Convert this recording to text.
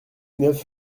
neuf